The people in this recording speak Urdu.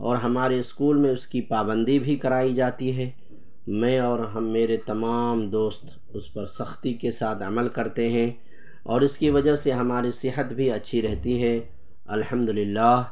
اور ہمارے اسکول میں اس کی پابندی بھی کرائی جاتی ہے میں اور ہم میرے تمام دوست اس پر سختی کے ساتھ عمل کرتے ہیں اور اس کی وجہ سے ہماری صحت بھی اچھی رہتی ہے الحمد اللہ